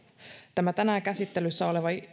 tämä tänään käsittelyssä oleva